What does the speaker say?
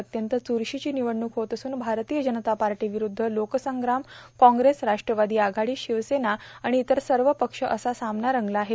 अत्यंत च्रशीची निवडण्क होत असून भारतीय जनता पार्टीविरुद्ध लोकसंग्राम कॉग्रेस राष्ट्रवादी आघाडी शिवसेना आणि इतर सर्व पक्ष असा सामना रंगला आहे